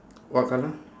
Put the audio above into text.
what colour